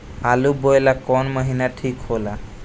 आलू बोए ला कवन महीना ठीक हो ला?